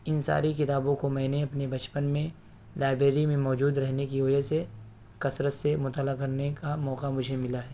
ان ساری کتابوں کو میں نے اپنے پجپن میں لائبریری میں موجود رہنے کی وجہ سے کثرت سے مطالعہ کرنے کا موقع مجھے ملا ہے